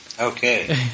Okay